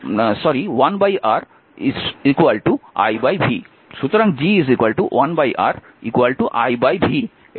সুতরাং G 1R iv